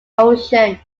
ocean